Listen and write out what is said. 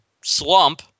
slump